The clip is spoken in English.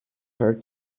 her